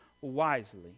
wisely